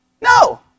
No